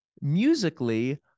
musically